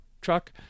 truck